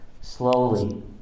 slowly